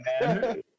man